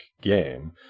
game